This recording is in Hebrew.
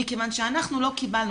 מכיוון שאנחנו לא קיבלנו.